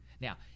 Now